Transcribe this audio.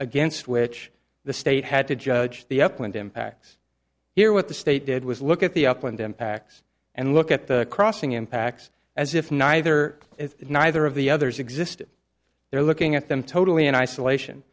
against which the state had to judge the upland impacts here what the state did was look at the upwind impacts and look at the crossing impacts as if neither neither of the others existed there looking at them totally in isolation